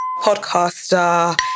podcaster